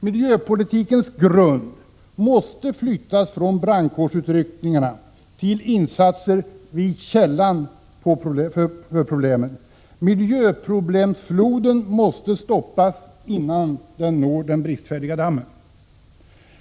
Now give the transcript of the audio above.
Miljöpolitikens grund måste flyttas från brandkårsutryckningar till insatser vid källan till problemen. Miljöproblemsfloden måste stoppas innan den når den bristfälliga dammen.